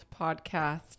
podcast